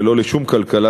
ולא לשום כלכלה,